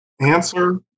answer